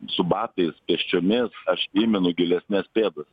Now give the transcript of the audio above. su batais pėsčiomis aš įminu gilesnias pėdas